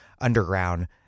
underground